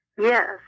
Yes